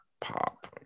pop